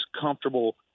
comfortable